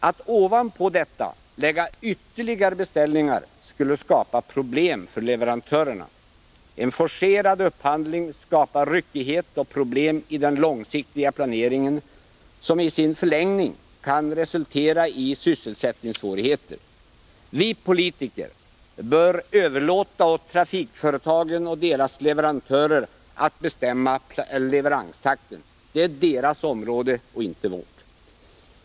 Att ovanpå detta lägga ytterligare beställningar skulle skapa problem för leverantörerna. En forcerad upphandling skapar ryckighet och problemiden Om pendeltågstralångsiktiga planeringen, som i sin förlängning kan resultera i sysselsättningsfiken i Stock svårigheter. Vi politiker bör överlåta åt trafikföretagen och deras leverantörer att bestämma leveranstakten. Det är deras område, inte vårt.